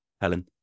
Helen